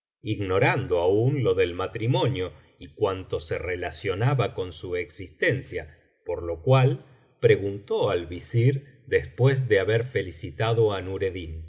ignorando aún lo del matrimonio y cuanto se relacionaba con su existencia por lo cual preguntó al visir después de haber felicitado